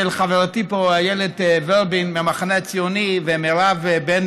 חברתי איילת ורבין מהמחנה הציוני ומירב בן